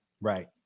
Right